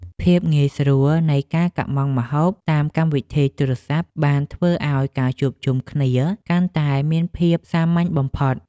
ភាពងាយស្រួលនៃការកុម្ម៉ង់ម្ហូបតាមកម្មវិធីទូរស័ព្ទបានធ្វើឱ្យការជួបជុំគ្នាកាន់តែមានភាពសាមញ្ញបំផុត។